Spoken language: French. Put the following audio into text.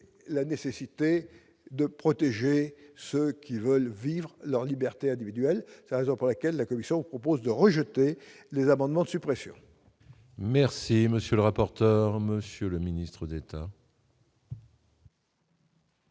la nécessité de protéger ceux qui veulent vivre leur liberté individuelle fait, raison pour laquelle la Commission propose de rejeter les amendements de suppression. Merci, monsieur le rapporteur, monsieur le ministre d'État.